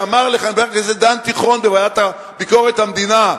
שאמר לחבר הכנסת דן תיכון בוועדה לביקורת המדינה,